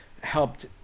helped